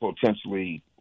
potentially